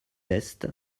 est